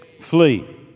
flee